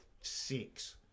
six